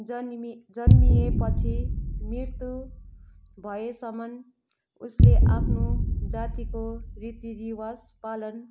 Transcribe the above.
जन्मी जन्मिएपछि मृत्यु भएसम्म उसले आफ्नो जातिको रीतिरिवाज पालन